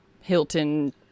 Hilton